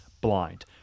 blind